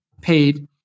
paid